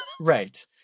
Right